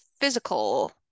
physical